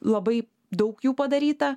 labai daug jų padaryta